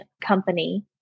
company